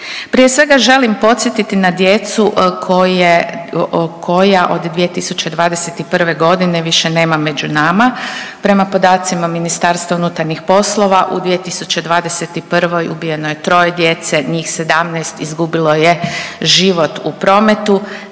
Prije svega želim podsjetiti na djecu koja od 2021.g. više nema među nama, prema podacima MUP-a u 2021. ubijeno je troje djece, njih 17 izgubilo je život u prometu,